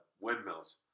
windmills